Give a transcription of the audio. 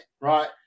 Right